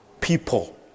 people